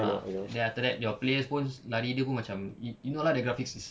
ah then after that your players pun lari dia pun macam you you know lah the graphic is